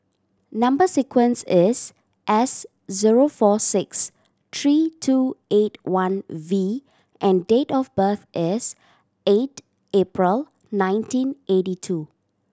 number sequence is S zero four six three two eight one V and date of birth is eight April nineteen eighty two